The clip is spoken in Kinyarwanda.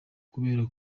kubera